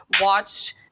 watched